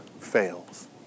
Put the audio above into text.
fails